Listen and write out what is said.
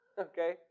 Okay